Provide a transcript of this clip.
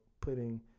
putting